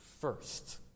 first